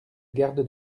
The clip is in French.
garde